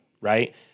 right